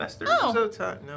No